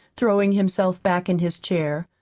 throwing himself back in his chair.